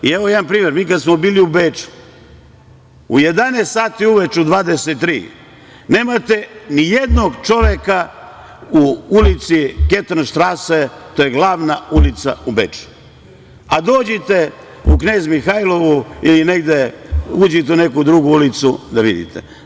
I evo jedan primer, mi kada smo bili u Beču, u 11 sati uveče nemate ni jednog čoveka u ulici Ketern štrase, to je glavna ulica u Beču, a dođite u Knez Mihajlovu ili negde uđite u neku drugu ulicu da vidite.